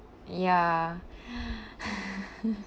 ya